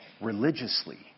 religiously